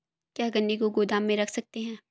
क्या गन्ने को गोदाम में रख सकते हैं?